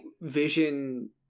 vision